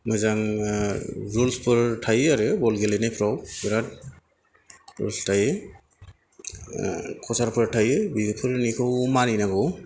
मोजां रुलस फोर थायो आरो बल गेलेनायफ्राव बिराद रुलस थायो कच फोर थायो बेफोरनिखौ मानिनांगौ